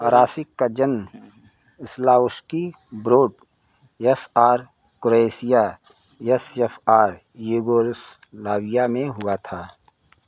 अरासिक का जन्म Slavonski Brod S R Croatia S F R Yugoslavia में हुआ था